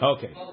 Okay